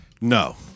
No